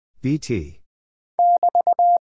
B-T